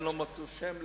ישראל, אתה לא שם לב.